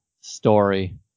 story